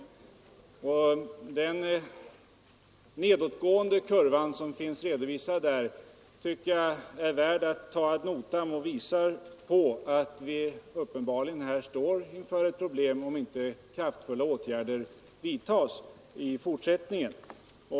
Den nedåtgående kurva som där finns redovisad tycker jag är värd att ta ad notam. Den visar att vi uppenbarligen här står inför ett problem, om inte kraftfulla åtgärder vidtas i fortsättningen.